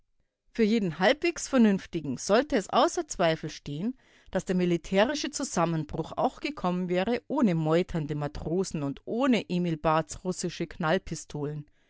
für jeden halbwegs vernünftigen sollte es außer zweifel stehen daß der militärische zusammenbruch auch gekommen wäre ohne meuternde matrosen und ohne emil barths russische